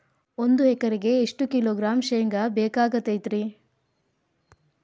ಒಂದು ಎಕರೆಗೆ ಎಷ್ಟು ಕಿಲೋಗ್ರಾಂ ಶೇಂಗಾ ಬೇಕಾಗತೈತ್ರಿ?